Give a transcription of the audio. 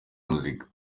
muzika